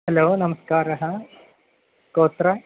hello नमस्कारः कोत्र